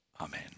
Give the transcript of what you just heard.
Amen